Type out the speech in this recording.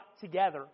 together